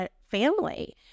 family